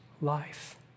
life